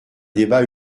débat